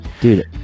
Dude